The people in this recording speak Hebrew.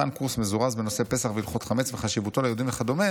מתן קורס מזורז בנושא פסח והלכות חמץ וחשיבותו ליהודים וכדו',